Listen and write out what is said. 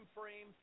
frame